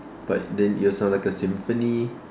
but then it'll sound like a symphony